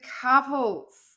couples